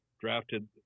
drafted